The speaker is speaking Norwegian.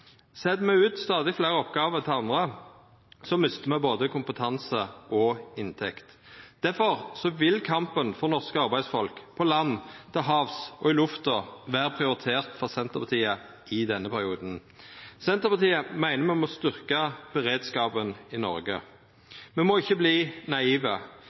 Set me ut stadig fleire oppgåver til andre, mistar me både kompetanse og inntekt. Derfor vil kampen for norske arbeidsfolk på land, til havs og i lufta vera prioritert for Senterpartiet i denne perioden. Senterpartiet meiner me må styrkja beredskapen i